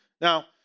Now